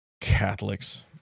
Catholics